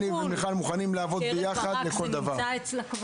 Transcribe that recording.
מיכל ואני מוכנים לעבוד ביחד בכל דבר.